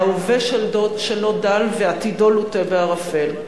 ההווה שלו דל ועתידו לוטה בערפל.